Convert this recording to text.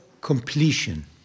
completion